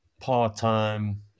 part-time